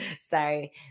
sorry